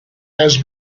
has